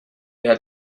had